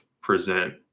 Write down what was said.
present